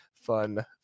fun